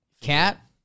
Cat